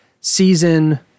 season